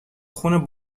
خون